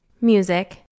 Music